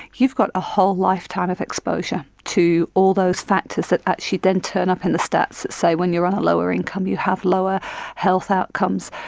you've got a whole lifetime of exposure to all those factors that actually then turn up in the stats that say when you're on lower income you have lower health outcomes.